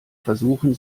versuchen